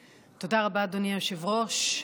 רבה, אדוני היושב-ראש.